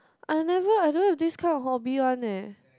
I had never I don't have this kind of hobby one eh